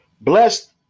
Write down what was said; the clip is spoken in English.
Blessed